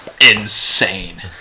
insane